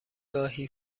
گاهی